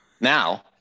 now